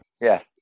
yes